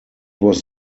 was